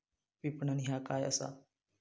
विपणन ह्या काय असा?